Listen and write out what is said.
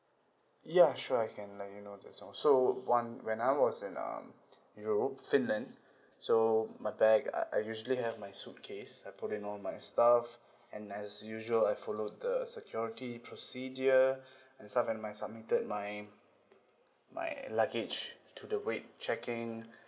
ya sure I can let you know this [one] so one when I was at um europe finland so my bag I I usually have my suitcase I put in all my stuff and as usual I followed the security procedure and some when I submitted my my luggage to the weight checking